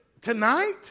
tonight